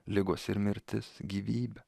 ligos ir mirtis gyvybę